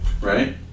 right